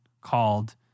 called